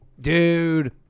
dude